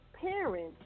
parents